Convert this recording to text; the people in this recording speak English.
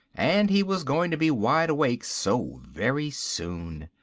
and he was going to be wide awake so very soon.